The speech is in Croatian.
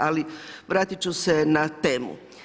Ali, vratiti ću se na temu.